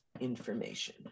information